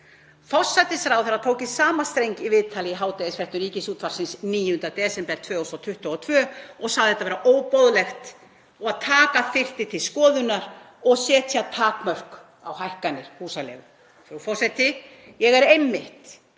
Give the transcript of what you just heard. Forsætisráðherra tók í sama streng í viðtali í hádegisfréttum Ríkisútvarpsins 9. desember 2022 og sagði þetta vera óboðlegt og að taka þyrfti til skoðunar að setja takmörk á hækkanir húsaleigu. Forseti. Ég er einmitt